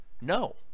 No